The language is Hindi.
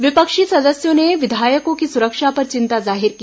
विपक्षी सदस्यों ने विधायकों की सुरक्षा पर चिंता जाहिर की